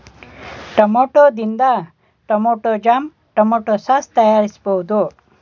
tomato ಇಂದ tomato jam, tomato sauce ತಯಾರಿಸಬೋದು